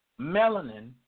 melanin